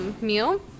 meal